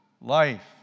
life